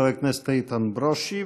חבר הכנסת איתן ברושי,